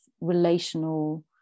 relational